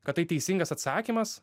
kad tai teisingas atsakymas